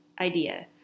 idea